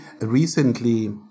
Recently